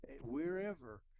wherever